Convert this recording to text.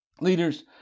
Leaders